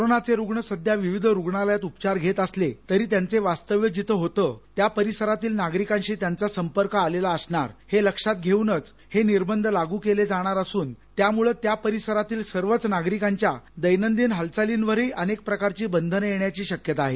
कोरोनाचे रुग्ण सध्या विविध रुग्णालयात उपचार घेत असले तरी त्यांचे वास्तव्य जिथं होतं त्या परिसरातील नागरिकांशी त्यांचा संपर्क आलेला असणार हे लक्षात घेऊनच हे निर्बंध लागू केले जाणार असून त्यामुळं त्या परिसरातील सर्वच नागरिकांच्या दैनंदिन हालचालींवरही अनेक प्रकारची बंधन येण्याची शक्यता आहे